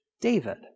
David